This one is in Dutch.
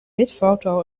witfoto